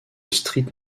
street